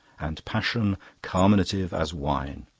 and passion carminative as wine.